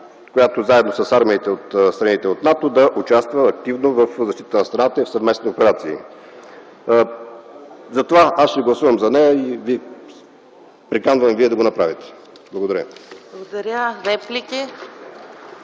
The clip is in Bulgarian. която заедно с армиите от страните от НАТО, да участва активно в защита на страната и в съвместни операции. Затова аз ще гласувам за нея и ви приканвам, и вие да го направите. Благодаря.